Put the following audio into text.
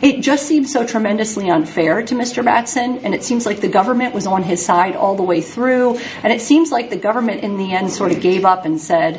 it just seems so tremendously unfair to mr matz and it seems like the government was on his side all the way through and it seems like the government in the end sort of gave up and said